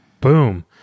Boom